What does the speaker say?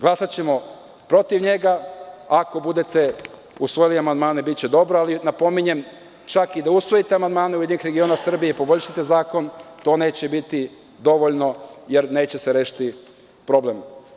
Glasaćemo protiv njega, a ako budete usvojili amandmane biće dobro ali napominjem, čak i da usvojite amandmane URS i poboljšate zakon, to neće biti dovoljno jer neće se rešiti problem.